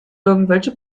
irgendwelche